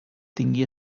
tingui